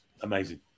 amazing